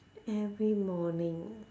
every morning ah